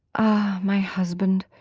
my husband,